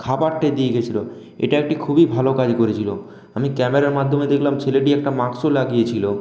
খাবারটা দিয়ে গেছিলো এটা একটি খুবই ভালো কাজ করেছিলো আমি ক্যামেরার মাধ্যমে দেখলাম ছেলেটি একটি মাস্কও লাগিয়েছিলো